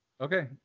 Okay